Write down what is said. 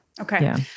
okay